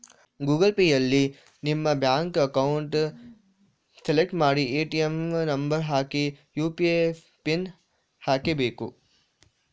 Google ಪೇಯಲ್ಲಿ ನಮ್ಮ bank account select ಮಾಡಿ ಎ.ಟಿ.ಎಂ ನಂಬರ್ ಹಾಕಿ ಯು.ಪಿ.ಐ ಪಿನ್ ಹಾಕ್ಬೇಕು